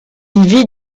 vit